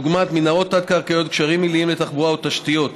דוגמת מנהרות תת-קרקעיות וגשרים עיליים לתחבורה או תשתיות.